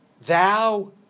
Thou